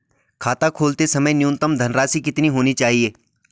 खाता खोलते समय न्यूनतम धनराशि कितनी होनी चाहिए?